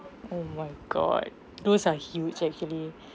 oh my god those are huge actually